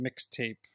mixtape